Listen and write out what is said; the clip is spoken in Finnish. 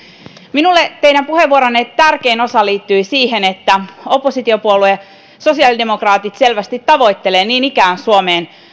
minulle teidän puheenvuoronne tärkein osa liittyi siihen että oppositiopuolue sosiaalidemokraatit selvästi niin ikään tavoittelee suomeen